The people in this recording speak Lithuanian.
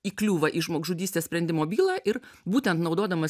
įkliūva į žmogžudystės sprendimo bylą ir būtent naudodamas